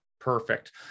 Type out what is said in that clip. Perfect